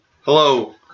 Hello